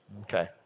okay